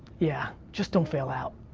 yeah, just don't fail out.